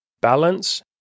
Balance